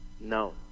No